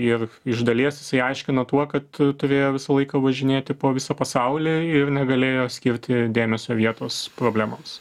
ir iš dalies jisai aiškina tuo kad turėjo visą laiką važinėti po viso pasaulį ir negalėjo skirti dėmesio vietos problemoms